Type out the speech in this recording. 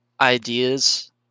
ideas